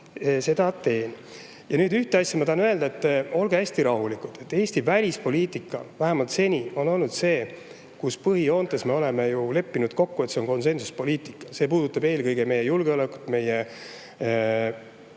teen seda. Nüüd, ühte asja ma tahan öelda. Olge hästi rahulikud, Eesti välispoliitika on vähemalt seni olnud selline, et põhijoontes me oleme leppinud kokku, et see on konsensuspoliitika. See puudutab eelkõige meie julgeolekut, meie